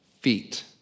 feet